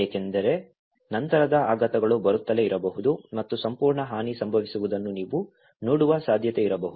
ಏಕೆಂದರೆ ನಂತರದ ಆಘಾತಗಳು ಬರುತ್ತಲೇ ಇರಬಹುದು ಮತ್ತು ಸಂಪೂರ್ಣ ಹಾನಿ ಸಂಭವಿಸಿರುವುದನ್ನು ನೀವು ನೋಡುವ ಸಾಧ್ಯತೆಯಿರಬಹುದು